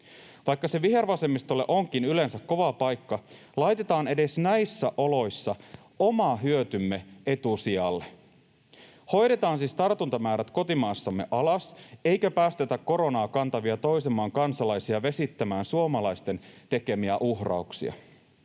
Vaikka se vihervasemmistolle onkin yleensä kova paikka, laitetaan edes näissä oloissa oma hyötymme etusijalle. Hoidetaan siis tartuntamäärät kotimaassamme alas eikä päästetä koronaa kantavia toisen maan kansalaisia vesittämään suomalaisten tekemiä uhrauksia.